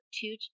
two